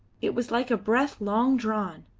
it was like a breath long drawn.